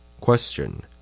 Question